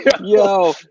Yo